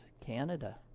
Canada